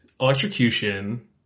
Electrocution